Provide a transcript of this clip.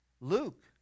Luke